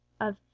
of—